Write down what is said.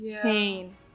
Pain